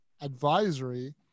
advisory